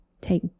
take